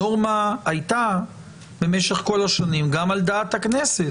הנורמה הייתה במשך כל השנים גם על דעת הכנסת.